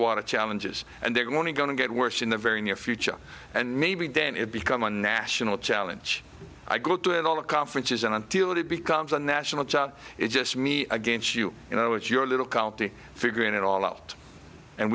water challenges and they're going to going to get worse in the very near future and maybe then it becomes a national challenge i go to it all the conferences and until it becomes a national job it's just me against you you know it's your little county figuring it all out and